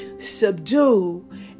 subdue